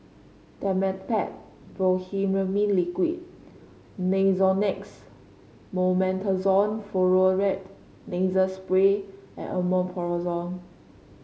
Dimetapp Brompheniramine Liquid Nasonex Mometasone Furoate Nasal Spray and Omeprazole